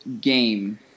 game